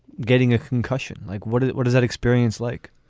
getting a concussion. like what. what is that experience like